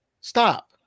stop